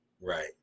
right